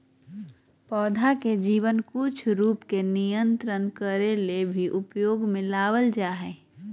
पौधा के जीवन कुछ रूप के नियंत्रित करे ले भी उपयोग में लाबल जा हइ